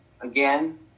again